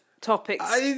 topics